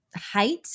height